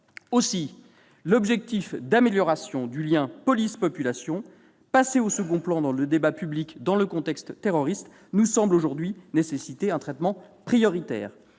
Aussi, l'objectif d'amélioration du lien police-population, passé au second plan dans le débat public dans le contexte terroriste, nous semble aujourd'hui nécessiter un traitement prioritaire.